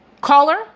caller